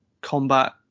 combat